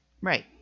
Right